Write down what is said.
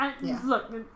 Look